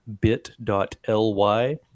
bit.ly